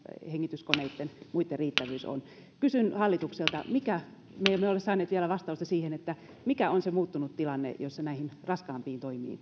hengityskoneiden ja muiden riittävyys on kysyn hallitukselta kun me emme ole saaneet vielä vastausta siihen mikä on se muuttunut tilanne jossa näihin raskaampiin toimiin